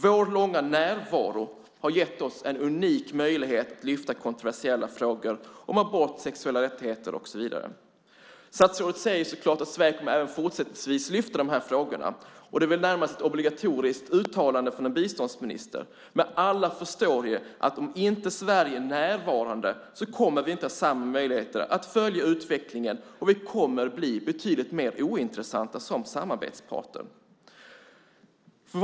Vår långa närvaro har gett oss en unik möjlighet att lyfta upp kontroversiella frågor om abort, sexuella rättigheter och så vidare. Statsrådet säger förstås att Sverige även fortsättningsvis kommer att lyfta de här frågorna. Det är väl närmast ett obligatoriskt uttalande från en biståndsminister, men alla förstår ju att om inte Sverige är närvarande kommer vi inte att ha samma möjligheter att följa utvecklingen. Vi kommer att bli betydligt mer ointressanta som samarbetspartner.